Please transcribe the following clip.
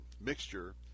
mixture